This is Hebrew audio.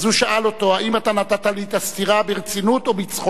אז הוא שאל אותו: האם אתה נתת לי את הסטירה ברצינות או בצחוק?